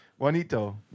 Juanito